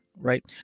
Right